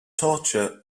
torture